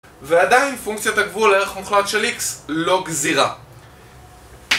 ועדיין פונקציית הגבול לערך מוחלט של x לא גזירה